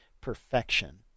perfection